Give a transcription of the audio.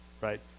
right